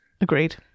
Agreed